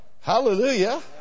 hallelujah